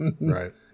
Right